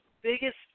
biggest